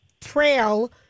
Trail